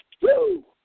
Woo